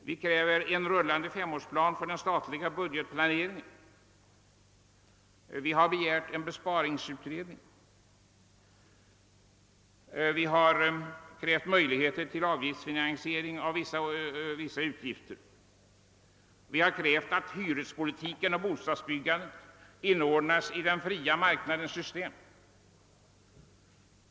Vi kräver en rullande femårsplan för den statliga budgetplaneringen. Vi begär en besparingsutredning, vi kräver möjligheter till avgiftsfinansiering av vissa utgifter och vi föreslår att hyrespolitiken och bostadsbyggandet inordnas i den fria marknadens system.